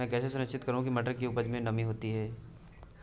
मैं कैसे सुनिश्चित करूँ की मटर की उपज में नमी नहीं है?